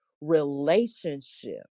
relationship